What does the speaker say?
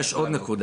יש עוד נקודה.